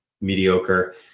mediocre